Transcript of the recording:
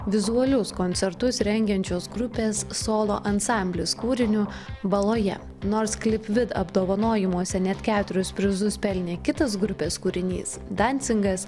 vizualius koncertus rengiančios grupės solo ansamblis kūriniu baloje nors klip vid apdovanojimuose net keturis prizus pelnė kitas grupės kūrinys dansingas